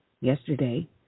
Yesterday